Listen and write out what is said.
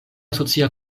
socia